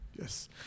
Yes